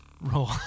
roll